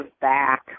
back